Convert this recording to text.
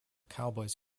cowboys